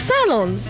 Salon